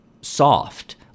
soft